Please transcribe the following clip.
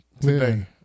today